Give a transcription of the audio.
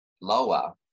lower